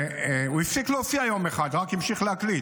הוא הפסיק להופיע יום אחד, המשיך רק להקליט.